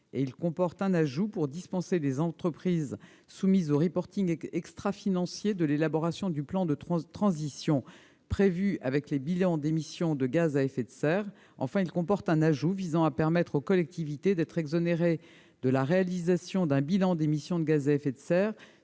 Il comporte un ajout pour dispenser les entreprises soumises au reporting extrafinancier de l'élaboration du plan de transition prévu et des bilans d'émissions de gaz à effet de serre. Enfin, un dernier ajout vise à permettre aux collectivités d'être exonérées de la réalisation d'un bilan d'émissions de gaz à effet de serre